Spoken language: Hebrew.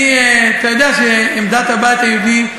אתה יודע שעמדת הבית היהודי,